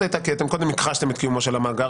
הייתה כי אתם קודם הכחשתם את קיומו של המאגר,